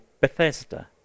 Bethesda